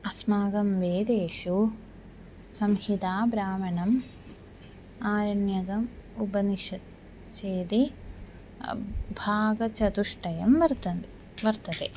अस्माकं वेदेषु संहिता ब्राह्मणम् आरण्यकम् उपनिषत् चेति भागचतुष्टयं वर्तते वर्तते